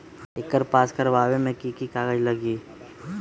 एकर पास करवावे मे की की कागज लगी?